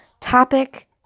topic